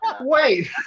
Wait